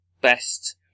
best